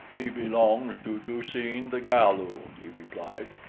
he belongs to du-seen the galu, he replied.